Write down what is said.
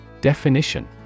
Definition